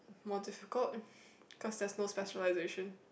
more difficult cause there's no specialization